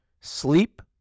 Sleep